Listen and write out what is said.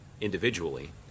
individually